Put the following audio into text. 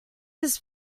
this